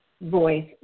Voice